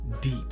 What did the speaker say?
deep